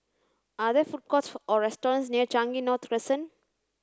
are there food courts or restaurants near Changi North Crescent